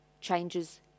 changes